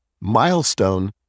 milestone